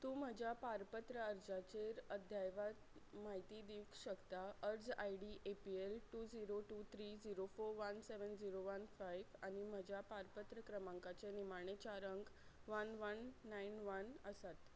तूं म्हज्या पारपत्र अर्जाचेर अद्यावत म्हायती दिवंक शकता अर्ज I D A P L two zero two three zero four one seven zero one five आनी म्हज्या पारपत्र क्रमांकाचे निमाणे चार अंक वन वन नायन वन आसात